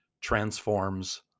transforms